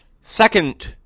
second